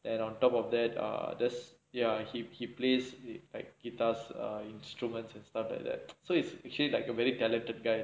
then on top of that err just ya he he plays like guitars err instruments and stuff like that so he's actually like a very talented guy